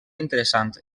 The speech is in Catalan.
interessant